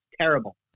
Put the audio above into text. Terrible